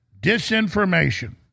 Disinformation